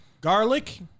garlic